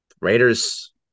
Raiders